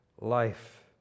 life